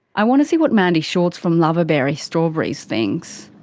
i want to see what mandy schultz from luvaberry strawberries thinks.